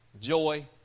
joy